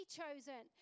chosen